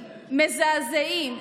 מזעזעים,